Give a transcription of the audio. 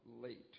late